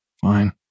fine